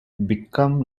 become